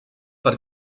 per